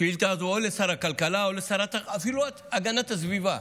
השאילתה הזו לשר הכלכלה או אפילו לשר להגנת הסביבה,